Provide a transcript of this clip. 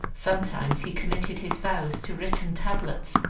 sometimes he committed his vows to written tablets,